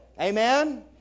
Amen